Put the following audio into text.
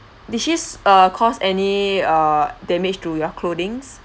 did she uh cause any err damage to your clothings